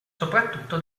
soprattutto